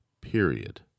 Period